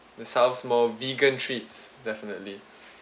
the south's more vegan treats definitely